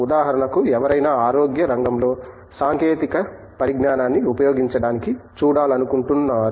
ఉదాహరణకు ఎవరైనా ఆరోగ్య రంగంలో సాంకేతిక పరిజ్ఞానాన్ని ఉపయోగించడాన్ని చూడాలనుకుంటున్నారు